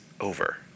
over